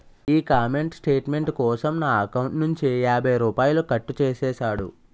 ఈ comment statement కోసం నా ఎకౌంటు నుంచి యాభై రూపాయలు కట్టు చేసేసాడు